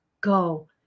Go